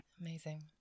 amazing